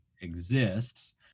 exists